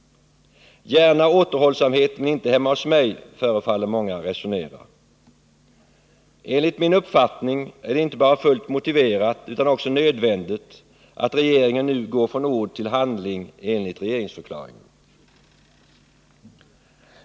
Gärna återhållsamhet men inte hemma hos mig, förefaller många resonera. Enligt min uppfattning är det inte bara fullt motiverat utan också nödvändigt att regeringen nu går från ord till handling enligt regeringsförklaringen.